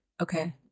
Okay